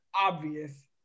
obvious